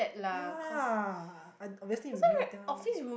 ya I obviously you don't tell